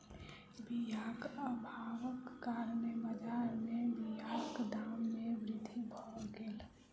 बीयाक अभावक कारणेँ बजार में बीयाक दाम में वृद्धि भअ गेल